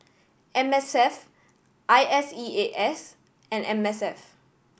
M S F I S E A S and M S F